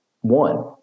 one